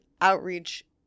outreach